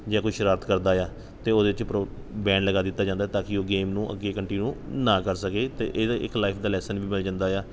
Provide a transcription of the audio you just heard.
ਜਾਂ ਕੋਈ ਸ਼ਰਾਰਤ ਕਰਦਾ ਆ ਤਾਂ ਉਹਦੇ 'ਚ ਪਰੋ ਬੈਨ ਲਗਾ ਦਿੱਤਾ ਜਾਂਦਾ ਆ ਤਾਂ ਕਿ ਉਹ ਗੇਮ ਨੂੰ ਅੱਗੇ ਕੰਟੀਨਿਊ ਨਾ ਕਰ ਸਕੇ ਅਤੇ ਇਹਦੇ ਇੱਕ ਲਾਈਫ ਦਾ ਲੈਸਨ ਵੀ ਮਿਲ ਜਾਂਦਾ ਆ